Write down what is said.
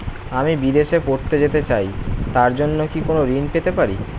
আমি বিদেশে পড়তে যেতে চাই তার জন্য কি কোন ঋণ পেতে পারি?